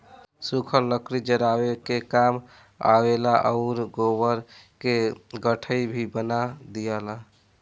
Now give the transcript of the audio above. सुखल लकड़ी जरावे के काम आवेला आउर गोबर के गइठा भी बना दियाला